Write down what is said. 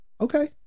Okay